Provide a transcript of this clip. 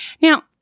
Now